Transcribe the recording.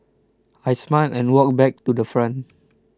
I smiled and walked back to the front